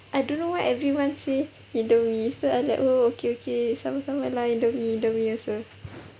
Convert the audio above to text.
I don't know why everyone say indomie so I like oh oh okay okay sama sama lah indomie indomie also